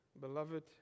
beloved